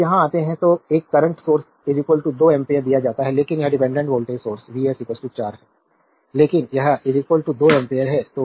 अब यहाँ आते हैं तो एक करंट सोर्स 2 एम्पीयर दिया जाता है लेकिन यह dependent voltage source V s 4 है लेकिन यह 2 एम्पीयर है